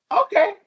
Okay